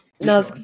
No